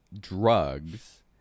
drugs